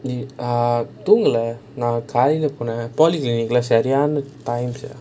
தூங்கலை நான் காலைல போனேன்:thoongula naan kaalaila ponnaen polyclinic lah சரியான:sariyaana time